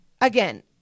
again